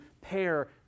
pair